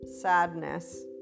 sadness